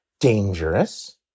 dangerous